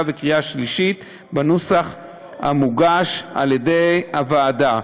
ובקריאה שלישית בנוסח המוגש על ידי הוועדה.